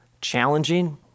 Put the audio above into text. challenging